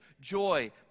joy